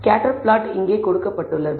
scatter plot இங்கே கொடுக்கப்பட்டுள்ளது